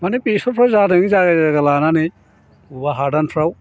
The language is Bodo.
माने बेसरफ्रा जादों जायगा लानानै बबावबा हादानफ्राव